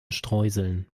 streuseln